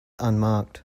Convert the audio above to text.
unmarked